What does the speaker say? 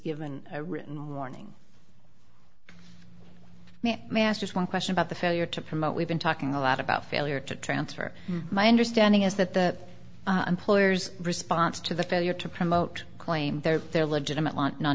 given a written warning mass just one question about the failure to promote we've been talking a lot about failure to transfer my understanding is that the employer's response to the failure to promote claim there their legitimate lot non